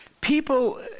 People